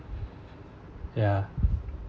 ya